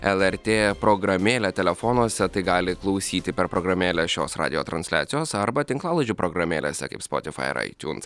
lrt programėlę telefonuose tai gali klausyti per programėlę šios radijo transliacijos arba tinklalaidžių programėlėse kaip spotifai ar aitiuns